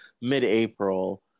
mid-April